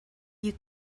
you